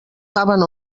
saben